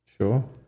Sure